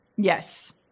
Yes